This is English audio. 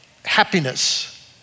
Happiness